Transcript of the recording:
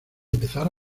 empezar